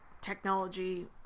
technology